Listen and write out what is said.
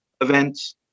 events